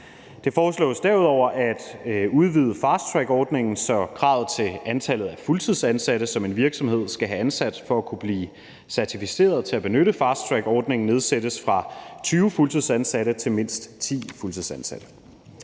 Det foreslås derudover at udvide fasttrackordningen, så kravet til antallet af fuldtidsansatte, som en virksomhed skal have ansat for at kunne blive certificeret til at benytte fasttrackordningen, nedsættes fra 20 fuldtidsansatte til mindst 10 fuldtidsansatte.